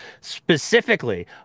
Specifically